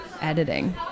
editing